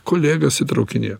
kolegas įtraukinėt